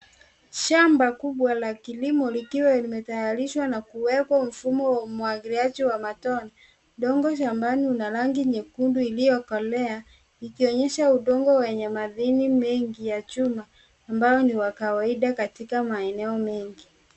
Shamba kubwa la kilimo likiwa limetayarishwa na kuwekwa mfumo wa umwangiliaji wa matone. Udongo shambani una rangi nyekundu iliyokolea ikionyesha udongo wenye madini mengi ya chuma ambayo ni ya kawaida katika maeneo mengi.